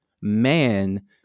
man